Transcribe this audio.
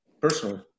personally